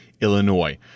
Illinois